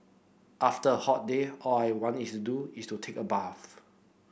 after a hot day all I want to do is take a bath